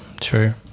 true